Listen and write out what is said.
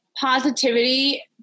positivity